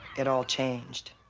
it all changed.